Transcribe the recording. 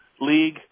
league